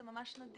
זה ממש נדיר.